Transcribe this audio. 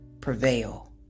prevail